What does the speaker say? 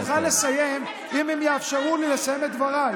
אני מוכן לסיים, אם הם יאפשרו לי לסיים את דבריי.